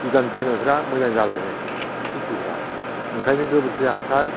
बिदान फोनायफ्रा मोजां जालाङो खिथिफ्रा ओंखायनो गोबोरखि हासार